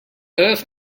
earth